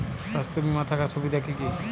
স্বাস্থ্য বিমা থাকার সুবিধা কী কী?